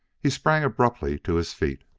he sprang abruptly to his feet.